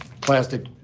plastic